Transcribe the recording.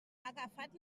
agafat